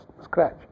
scratch